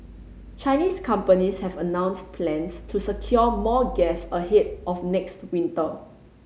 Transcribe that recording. Chinese companies have announced plans to secure more gas ahead of next winter